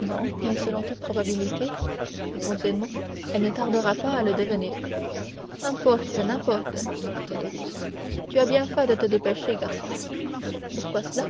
non mais selon toute probabilité répondit edmond elle ne tardera pas à le devenir n'importe n'importe dit caderousse tu as bien fait de te dépêcher garçon pourquoi cela